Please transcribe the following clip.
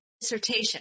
dissertation